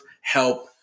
help